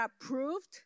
approved